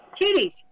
Titties